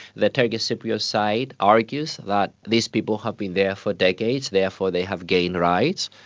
the turkish cypriot side argues that these people have been there for decades, therefore they have gained rights.